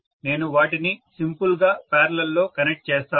నేను వాటిని సింపుల్ గా పారలల్ లో కనెక్ట్ చేస్తాను